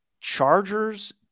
Chargers